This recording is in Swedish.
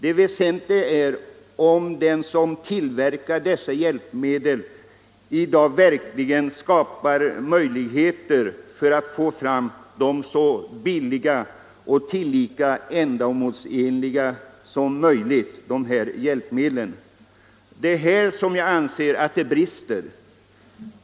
Det väsentliga är huruvida den som tillverkar dessa tekniska hjälpmedel verkligen kan få fram så billiga och så ändamålsenliga hjälpmedel som möjligt. Det är här jag anser att det brister.